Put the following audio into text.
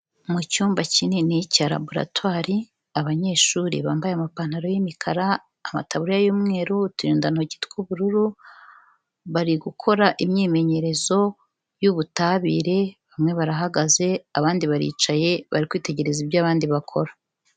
Mu cyumba kinini cya Laboratory, abanyeshuri bambaye amapantaro y'imikara, amataburiya y'umweru, uturindantoki tw'ubururu, bari gukora imyimenyerezo y'ubutabire, bamwe barahagaze abandi baricaye, bari kwitegereza ibyo abandi bakora.